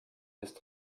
ist